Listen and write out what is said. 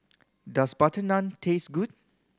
does butter naan taste good